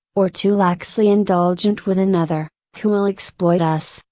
or too laxly indulgent with another, who will exploit us,